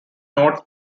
note